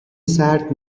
سرد